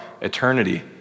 eternity